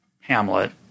Hamlet